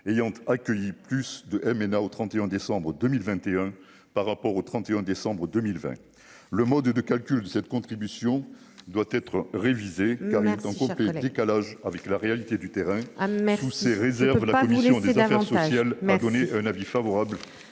ayant accueilli plus de MNA au 31 décembre 2021 par rapport au 31 décembre 2020, le mode de calcul de cette contribution doit être révisé car il était en complet décalage avec la réalité du terrain tous ces réserves, la commission des affaires sociales a donné un avis favorable